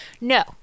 No